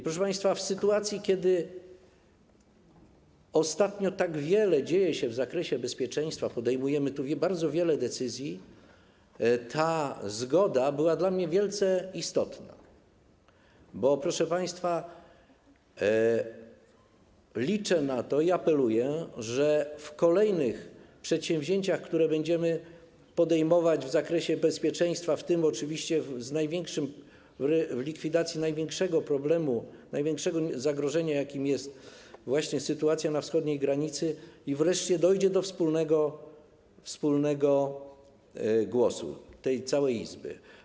Proszę państwa, w sytuacji kiedy ostatnio tak wiele dzieje się w zakresie bezpieczeństwa, podejmujemy bardzo wiele decyzji, ta zgoda była dla mnie wielce istotna, bo, proszę państwa, liczę na to i apeluję, że w kolejnych przedsięwzięciach, które będziemy podejmować w zakresie bezpieczeństwa, w tym oczywiście w likwidacji największego problemu, największego zagrożenia, jakim jest sytuacja na wschodniej granicy, wreszcie dojdzie do wspólnego głosu całej tej Izby.